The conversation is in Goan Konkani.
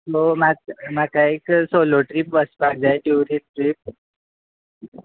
बो म्हात म्हाका एक सोलो ट्रिप वचपाक जाय डुरींग ब्रेक